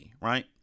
right